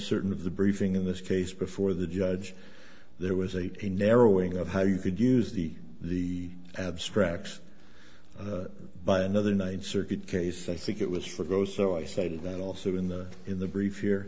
certain of the briefing in this case before the judge there was a narrowing of how you could use the the abstract but another ninth circuit case i think it was for those so i say that also in the in the brief here